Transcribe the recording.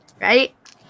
right